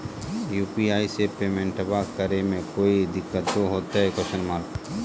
UPI से पेमेंटबा करे मे कोइ दिकतो होते?